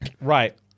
Right